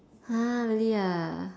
!huh! really ah